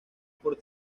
por